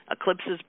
Eclipses